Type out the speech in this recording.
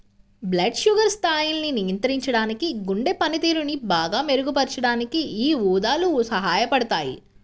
blood sugar స్థాయిల్ని నియంత్రించడానికి, గుండె పనితీరుని బాగా మెరుగుపరచడానికి యీ ఊదలు సహాయపడతయ్యి